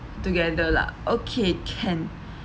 together lah okay can